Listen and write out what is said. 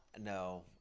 no